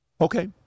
Okay